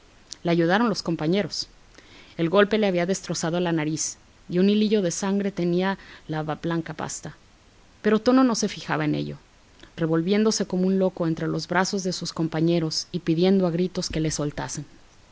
le ayudaron los compañeros el golpe le había destrozado la nariz y un hilillo de sangre teñía la blanca pasta pero tono no se fijaba en ello revolviéndose como un loco entre los brazos de sus compañeros y pidiendo a gritos que le soltasen